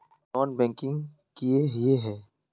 Non banking किए हिये है?